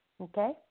Okay